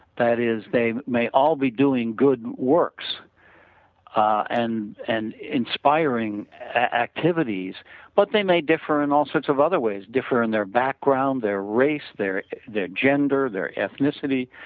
that is they may all be doing good works and and inspiring activities but they may differ in all sorts of other ways, differ in their background, their race, their their gender, their ethnicity,